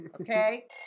okay